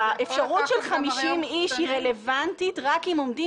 האפשרות של 50 איש היא רלוונטית רק אם עומדים